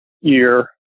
year